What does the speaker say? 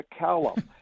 McCallum